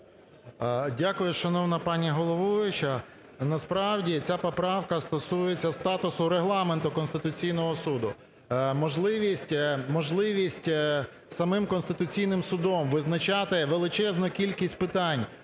Дякую, шановна пані головуюча. Насправді, ця поправка стосується статусу Регламенту Конституційного Суду. Можливість самими Конституційним Судом визначати величезну кількість питань